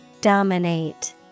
Dominate